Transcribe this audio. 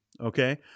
okay